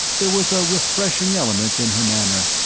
there was a refreshing element in her manner.